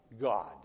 God